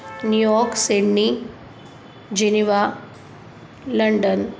New York Sydney Geneva London